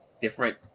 different